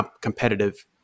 competitive